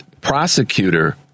prosecutor